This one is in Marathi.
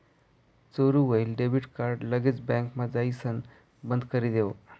चोरी व्हयेल डेबिट कार्ड लगेच बँकमा जाइसण बंदकरी देवो